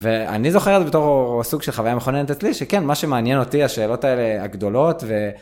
ואני זוכר את זה בתור סוג של חוויה מכוננת אצלי, שכן, מה שמעניין אותי, השאלות האלה הגדולות ו...